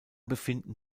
befinden